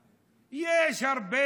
איזה חרטא ברטא,